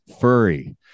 furry